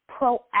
proactive